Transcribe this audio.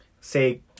say